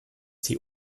die